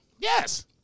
Yes